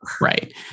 right